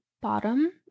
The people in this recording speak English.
bottom